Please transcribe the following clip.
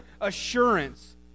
assurance